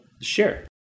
share